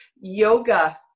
yoga